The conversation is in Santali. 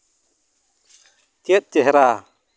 ᱪᱮᱫ ᱪᱮᱦᱨᱟ